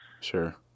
Sure